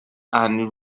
and